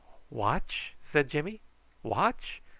watch? said jimmy watch?